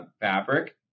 Fabric